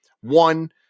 One